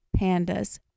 pandas